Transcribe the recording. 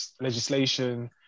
legislation